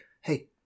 hey